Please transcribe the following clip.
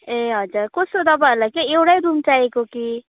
ए हजुर कस्तो तपाईँहरूलाई चाहिँ एउटै रुम चाहिएको कि